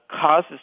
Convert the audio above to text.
causes